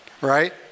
right